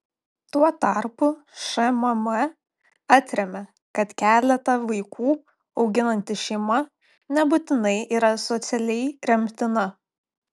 tuo tarpu šmm atremia kad keletą vaikų auginanti šeima nebūtinai yra socialiai remtina